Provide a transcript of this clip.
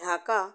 Dhaka